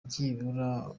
byibura